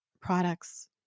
products